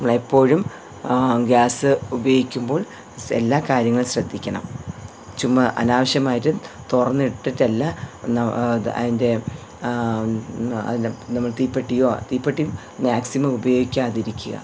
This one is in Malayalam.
നമ്മൾ എപ്പോഴും ഗ്യാസ് ഉപയോഗിക്കുമ്പോൾ സ് എല്ലാ കാര്യങ്ങളും ശ്രദ്ധിക്കണം ചുമ്മാ അനാവശ്യമായിട്ട് തുറന്ന് ഇട്ടിട്ടല്ല അതിൻ്റെ അതിൻ്റെ നമ്മൾ തീപ്പെട്ടിയോ തീപ്പെട്ടി മാക്സിമം ഉപയോഗിക്കാതെ ഇരിക്കുക്ക